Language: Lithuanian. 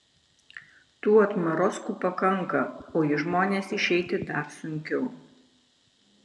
tų atmarozkų pakanka o į žmones išeiti dar sunkiau